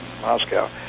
Moscow